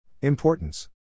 Importance